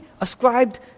ascribed